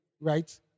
right